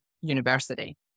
University